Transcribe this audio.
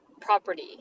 property